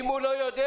אם הוא לא יודע,